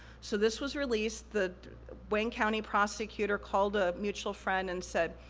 so, this was released, the wayne county prosecutor called a mutual friend and said,